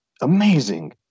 Amazing